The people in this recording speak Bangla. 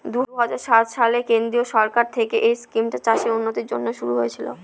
দুই হাজার সাত সালে কেন্দ্রীয় সরকার থেকে এই স্কিমটা চাষের উন্নতির জন্যে শুরু হয়েছিল